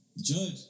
judge